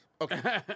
Okay